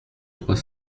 trois